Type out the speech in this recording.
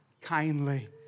kindly